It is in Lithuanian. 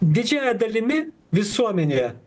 didžiąja dalimi visuomenėje